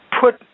put